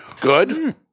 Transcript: good